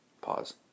Pause